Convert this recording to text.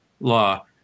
law